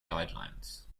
guidelines